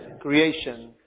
creation